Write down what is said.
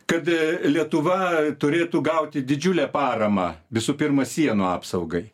kad lietuva turėtų gauti didžiulę paramą visų pirma sienų apsaugai